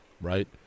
right